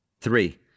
Three